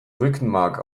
rückenmark